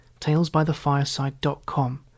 talesbythefireside.com